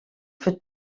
für